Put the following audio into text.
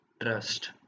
Trust